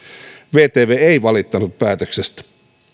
vtv ei valittanut päätöksestä